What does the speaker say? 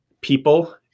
people